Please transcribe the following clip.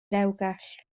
rewgell